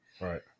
right